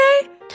today